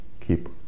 Keep